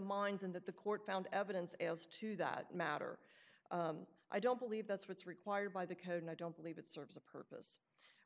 minds and that the court found evidence as to that matter i don't believe that's what's required by the code and i don't believe it serves